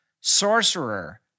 Sorcerer